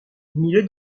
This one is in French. mille